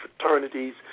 fraternities